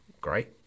great